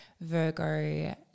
Virgo